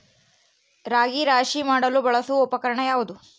ರಾಗಿ ರಾಶಿ ಮಾಡಲು ಬಳಸುವ ಉಪಕರಣ ಯಾವುದು?